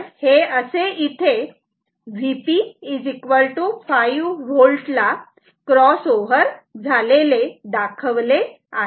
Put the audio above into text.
हे असे इथे Vp 5V ला क्रॉस ओवर झालेले दाखवले आहे